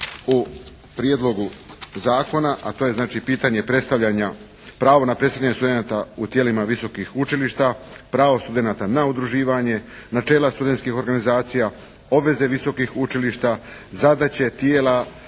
u prijedlogu zakona, a to je znači pitanje predstavljanja, pravo na predstavljanje studenata u tijelima visokih učilišta, pravo studenata na udruživanje, načela studentskih organizacija, obveze visokih učilišta, zadaće, tijela,